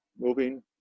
moving